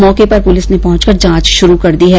मौके पर पुलिस ने पहुंचकर जांच शुरू कर दी है